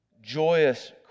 joyous